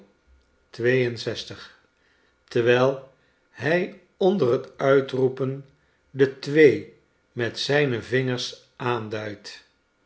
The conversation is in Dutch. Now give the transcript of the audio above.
terwijl hij onder het uitroepen de twee met zijne vingers aanduidt